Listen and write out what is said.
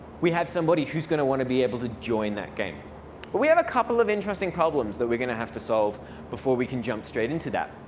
we have somebody who's going to want to be able to join that game. but we have a couple of interesting problems that we're going to have to solve before we can jump straight into that.